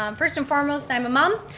um first and foremost i am a mom.